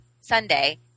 Sunday